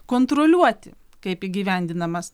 kontroliuoti kaip įgyvendinamas